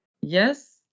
Yes